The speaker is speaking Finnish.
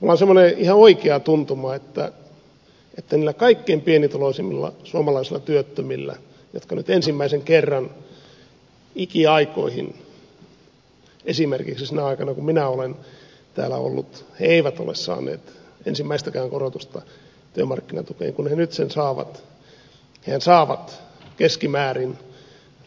minulla on sellainen ihan oikea tuntuma että kun ne kaikkein pienituloisimmat suomalaiset työttömät jotka nyt ensimmäisen kerran ikiaikoihin saavat korotuksen esimerkiksi sinä aikana kun minä olen täällä ollut he eivät ole saaneet ensimmäistäkään korotusta työmarkkinatukeen jotka nyt saavat keskimäärin